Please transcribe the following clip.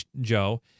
Joe